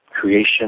creation